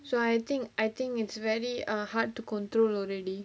so I think I think it's very hard to err control already